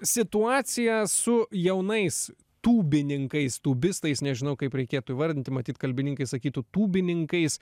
situacija su jaunais tūbininkais tūbistais nežinau kaip reikėtų įvardinti matyt kalbininkai sakytų tūbininkais